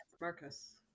Marcus